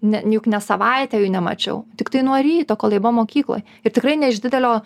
ne juk ne savaitę jų nemačiau tiktai nuo ryto kol jie buvo mokykloj ir tikrai ne iš didelio